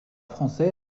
français